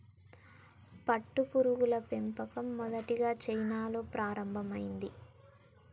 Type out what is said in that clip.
పట్టుపురుగుల పెంపకం మొదటిగా చైనాలో ప్రారంభమైంది